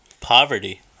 poverty